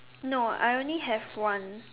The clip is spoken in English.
no I only have one